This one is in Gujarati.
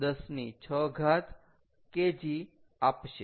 5x106 kg આપશે